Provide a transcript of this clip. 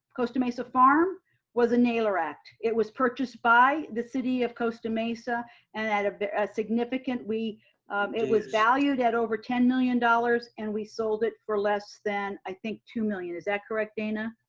costa mesa farm was a nailer act. it was purchased by the city of costa mesa, and at a but ah significant it was valued at over ten million dollars. and we sold it for less than i think two million, is that correct dana?